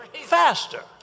Faster